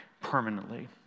permanently